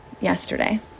yesterday